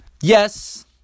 Yes